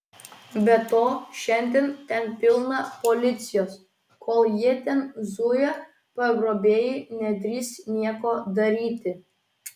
be to šiandien ten pilna policijos kol jie ten zuja pagrobėjai nedrįs nieko daryti